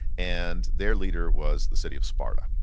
and their leader was the city of sparta.